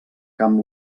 camp